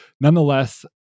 Nonetheless